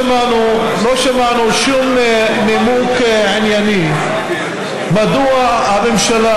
לא שמענו שום נימוק ענייני מדוע הממשלה,